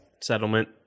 settlement